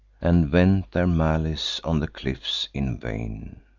and vent their malice on the cliffs in vain.